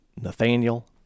Nathaniel